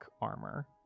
armor